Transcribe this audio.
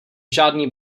žádný